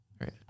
right